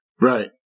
Right